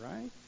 right